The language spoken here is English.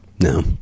No